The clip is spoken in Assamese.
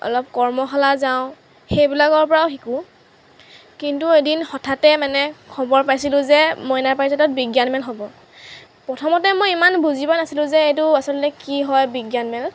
অলপ কৰ্মশালা যাওঁ সেইবিলাকৰ পৰাও শিকোঁ কিন্তু এদিন হঠাতে মানে খবৰ পাইছিলোঁ যে মইনা পাৰিজাতত বিজ্ঞান মেল হ'ব প্ৰথমতে মই ইমান বুজি পোৱা নাছিলোঁ যে এইটো আচলতে কি হয় বিজ্ঞান মেল